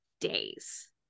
days